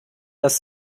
das